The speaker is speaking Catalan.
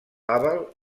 hubble